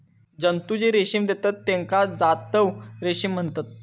जंतु जे रेशीम देतत तेका जांतव रेशीम म्हणतत